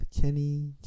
Kenny